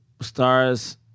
stars